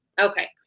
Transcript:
Okay